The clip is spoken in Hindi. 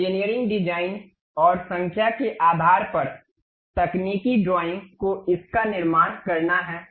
इंजीनियरिंग डिजाइन और संख्या के आधार पर तकनीकी ड्राइंग को इसका निर्माण करना है